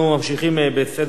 לפני כן, הודעת המזכיר.